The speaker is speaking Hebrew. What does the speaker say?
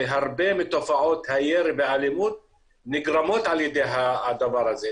והרבה מתופעות הירי והאלימות נגרמות על ידי הדבר הזה.